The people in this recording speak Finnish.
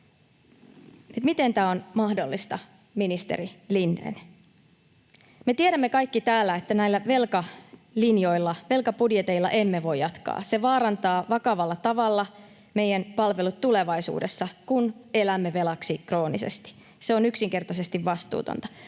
Miten tämä on mahdollista, ministeri Lindén? Me kaikki täällä tiedämme, että näillä velkalinjoilla, velkabudjeteilla, emme voi jatkaa. Se vaarantaa vakavalla tavalla meidän palvelut tulevaisuudessa, kun elämme velaksi kroonisesti. Se on yksinkertaisesti vastuutonta.